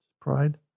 Pride